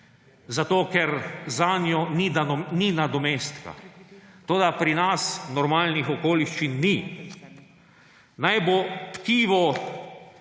ker zanjo ni nadomestka, toda pri nas normalnih okoliščin ni. Naj bo tkivo